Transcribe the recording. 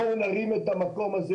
בואו נרים את המקום הזה.